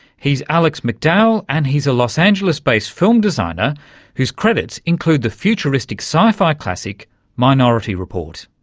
he's alex mcdowell and he's a los angeles-based film designer whose credits include the futuristic sci-fi classic minority report.